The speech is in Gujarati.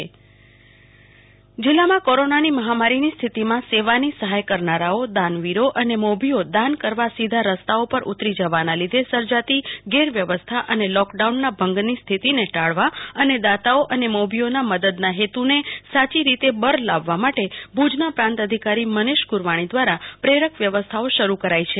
કલ્પના શાહ્ સેવા સહાયનું સીધી રીતે વિતરણ ન કરવા અનુરોધ જીલ્લામાં કોરોનાની મહામારીની સ્થિતિમાં સેવાની સહાથ કરનારાઓ દાનવીરો અને મોભીઓ દાન કરવા સીધા રસ્તાઓ પર ઉતારી જવાના લીધે સર્જાતી ગેરવ્યવસ્થા અને લોકડાઉનના ભંગની સ્થિતિને ટાળવા અને દાતાઓ અને મોલીઓના મદદના હેતુને સાચી રીતે બર લાવવા માટે ભુજ પ્રાંત અધિકારી મનીશ ગુરવાની દ્વારા પ્રેરક વ્યવસ્થાઓ શરુ કરી છે